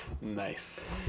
Nice